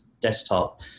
desktop